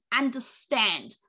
understand